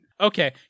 Okay